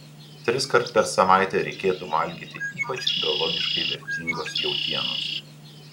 triskart per savaitę reikėtų valgyti ypač biologiškai vertingos jautienos